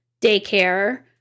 daycare